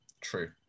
True